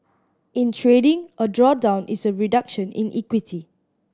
in trading a drawdown is a reduction in equity